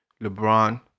LeBron